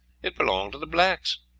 it belonged to the blacks.